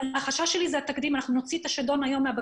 החשש שלי הוא התקדים: אם נוציא את השדון מהבקבוק,